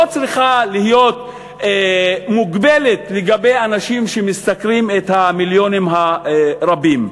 צריכה להיות מוגבלת לגבי אנשים שמשתכרים את המיליונים הרבים.